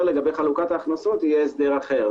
לגבי חלוקת ההכנסות יהיה הסדר אחר.